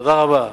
תודה רבה.